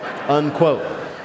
unquote